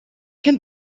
can